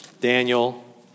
Daniel